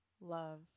love